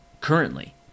currently